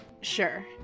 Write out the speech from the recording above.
Sure